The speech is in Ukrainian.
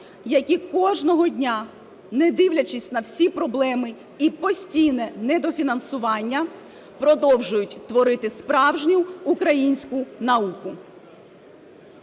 які кожного дня, не дивлячись на всі проблеми і постійне недофінансування, продовжують творити справжню українську науку.